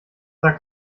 sagt